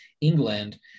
england